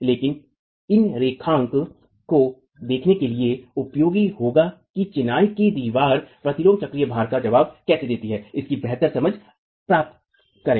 लेकिन इन रेखांकन को देखने के लिए उपयोगी होगा कि चिनाई की दीवारें प्रतिलोम चक्रीय भार का जवाब कैसे देती हैं इसकी बेहतर समझ प्राप्त करें